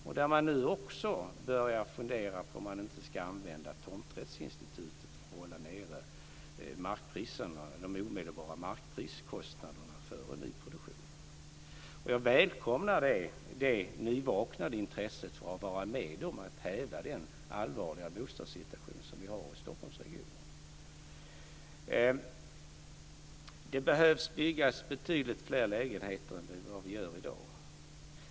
Man börjar nu också fundera på om man inte ska använda tomträttsinstitutet för att hålla nere de omedelbara markpriskostnaderna för nyproduktionen. Jag välkomnar det nyvaknade intresset för att vara med och häva den allvarliga bostadssituationen i Stockholmsregionen. Det behöver byggas betydligt fler lägenheter än i dag.